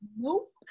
Nope